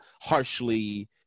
harshly